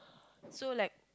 so like